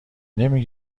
نمی